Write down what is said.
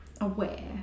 aware